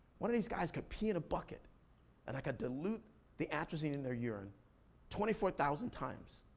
one of these guys could pee in a bucket and i could dilute the atrazine in their urine twenty four thousand times,